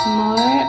more